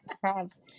crabs